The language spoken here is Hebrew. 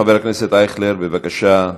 חבר הכנסת אייכלר, בבקשה.